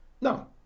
No